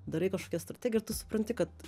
darai kažkokią strategiją ir tu supranti kad